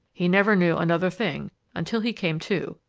he never knew another thing until he came to,